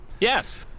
Yes